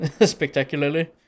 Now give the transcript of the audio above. spectacularly